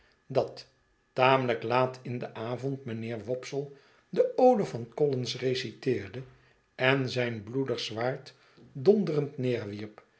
dat tamelijk laat in den avond mijnheer wopsle de ode van collins reciteerde en zijn bloedig zwaard donderend